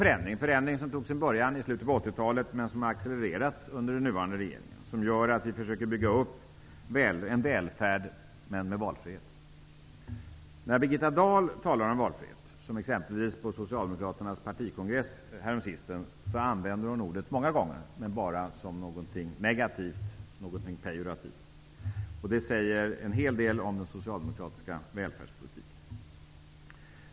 Nu sker en förändring. Den tog sin början i slutet av 80-talet, men den har accelererat under den nuvarande regeringens tid. Det gör att vi försöker bygga upp en välfärd där det finns valfrihet. Birgitta Dahl använder ordet valfrihet många gånger, exempelvis på Socialdemokraternas partikongress. Men hon använder det negativt och pejorativt. Det säger en hel del om den socialdemokratiska välfärdspolitiken.